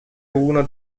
uno